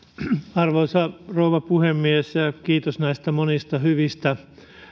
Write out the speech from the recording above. arvoisa rouva puhemies kiitos näistä monista hyvistä